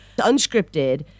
unscripted